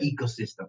ecosystem